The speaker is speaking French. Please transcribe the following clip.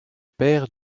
père